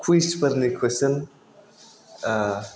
कुइसफोरनि कुइसोन